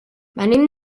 venim